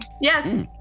Yes